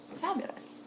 Fabulous